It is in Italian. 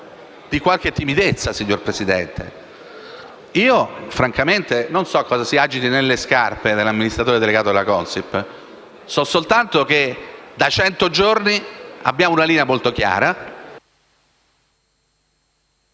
di qualche timidezza, signor Presidente. Francamente non so che cosa si agiti nelle scarpe dell'amministratore delegato della Consip. So soltanto che da cento giorni abbiamo una linea molto chiara...